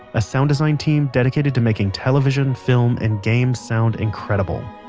a sound design team dedicated to making television, film, and games sound incredible.